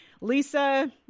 Lisa